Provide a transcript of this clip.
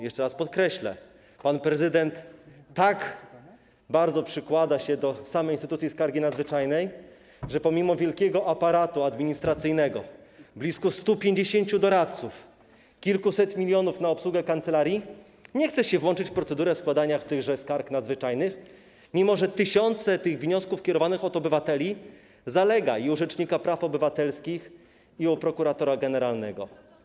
Jeszcze raz podkreślę, że pan prezydent tak bardzo przykłada się do samej instytucji skargi nadzwyczajnej, że pomimo wielkiego aparatu administracyjnego, blisko 150 doradców, kilkuset milionów na obsługę kancelarii, nie chce się włączyć w procedurę składania tychże skarg nadzwyczajnych, mimo że tysiące wniosków kierowanych od obywateli zalega u rzecznika praw obywatelskich i u prokuratora generalnego.